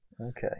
okay